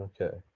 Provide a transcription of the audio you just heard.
Okay